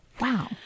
Wow